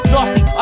Nasty